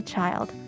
Child